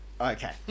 Okay